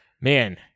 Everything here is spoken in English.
man